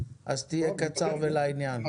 אז תהיה קצר ולעניין.